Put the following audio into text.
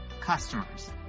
customers